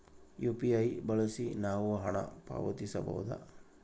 UPI ಬಳಸಿ ನಾವು ಹಣ ಪಾವತಿಸಬಹುದಾ?